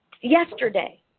yesterday